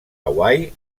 hawaii